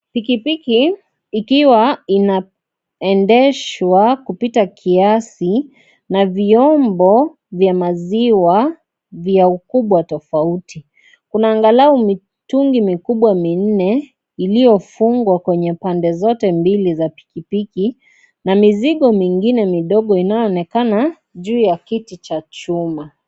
Pikipiki ikiwa inaendeshwa kupita kiasi, na vyombo vya maziwa vya ukubwa tofauti. Kuna angalau mitungi mikubwa minne, iliyofungwa kwenye pande zote mbili za pikipiki, na mizigo mingine midogo inayo onekana juu ya kiti cha chuma.